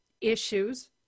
issues